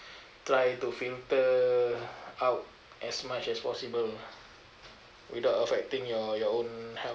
try to filter out as much as possible without affecting your your own health